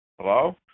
Hello